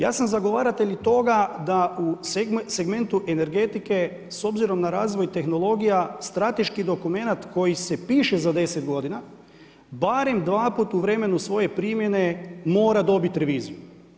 Ja sam i zagovaratelj toga da u segmentu energetike s obzirom na razvoj tehnologija strateški dokumenat koji se piše za deset godina, barem dva put u vremenu svoje primjene mora dobit reviziju.